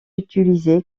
utilisé